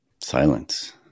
silence